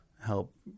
help